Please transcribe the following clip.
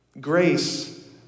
Grace